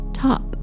top